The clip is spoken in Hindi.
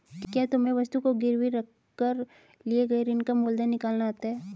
क्या तुम्हें वस्तु को गिरवी रख कर लिए गए ऋण का मूलधन निकालना आता है?